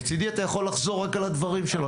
מצדי אתה יכול לחזור רק על הדברים שלו,